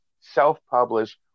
self-published